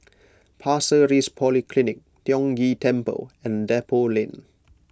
Pasir Ris Polyclinic Tiong Ghee Temple and Depot Lane